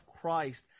christ